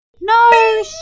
No